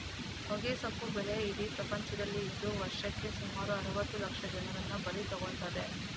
ಹೊಗೆಸೊಪ್ಪು ಬೆಳೆ ಇಡೀ ಪ್ರಪಂಚದಲ್ಲಿ ಇದ್ದು ವರ್ಷಕ್ಕೆ ಸುಮಾರು ಅರುವತ್ತು ಲಕ್ಷ ಜನರನ್ನ ಬಲಿ ತಗೊಳ್ತದೆ